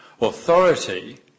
authority